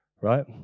right